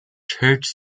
church